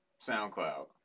SoundCloud